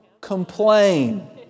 complain